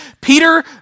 Peter